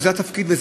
וזה התפקיד,